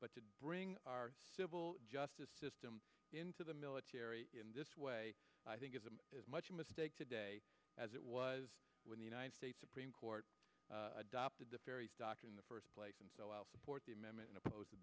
but to bring our civil justice system into the military in this way i think isn't as much a mistake today as it was when the united states supreme court adopted the faeries doctor in the first place and so i'll support the amendment oppose the